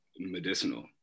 medicinal